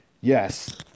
Yes